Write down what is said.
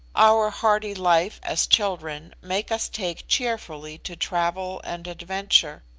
our hardy life as children make us take cheerfully to travel and adventure.